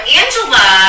angela